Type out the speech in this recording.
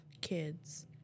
kids